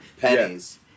pennies